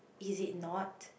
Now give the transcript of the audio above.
is it not